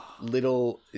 little